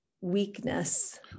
weakness